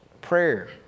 prayer